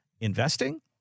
investing